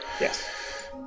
yes